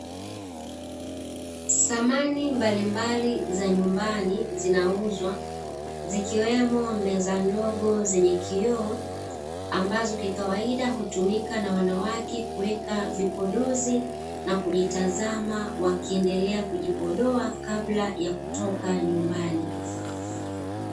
Samani mbalimbali za nyumbani zinauzwa. Zikiwemo meza ndogo zenye kioo, ambazo kikawaida hutumiwa na wanawake kuweka vipodozi na kujitazama wakiendelea kujipodoa kabla ya kutoka nyumbani.